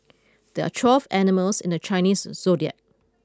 there are twelve animals in the Chinese zodiac